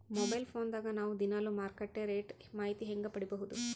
Mobile phone ದಾಗ ನಾವು ದಿನಾಲು ಮಾರುಕಟ್ಟೆ ರೇಟ್ ಮಾಹಿತಿ ಹೆಂಗ ಪಡಿಬಹುದು?